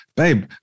Babe